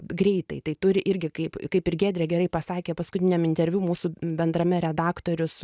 greitai tai turi irgi kaip kaip ir giedrė gerai pasakė paskutiniam interviu mūsų bendrame redaktorius